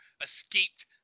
escaped